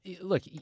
look